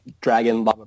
dragon